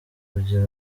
kugira